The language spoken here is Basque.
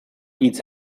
hitz